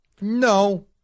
No